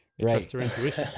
Right